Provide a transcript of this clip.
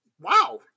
Wow